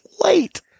late